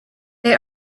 they